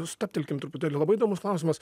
stabtelkim truputėlį labai įdomus klausimas